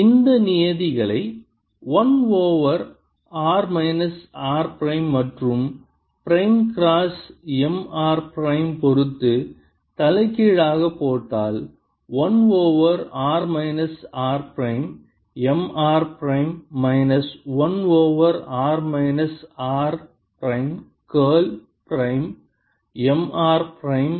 Ar04πMr×r rr r3dV04πMr×1r rdV fAf×Af A 1r rMr1r rMr1r r×Mr இந்த நியதிகளை 1 over r minus r prime மற்றும் prime cross M r prime பொருத்து தலைகீழ் ஆக போட்டால் 1 over r minus r prime M r prime minus 1 over r minus r prime curl prime M r prime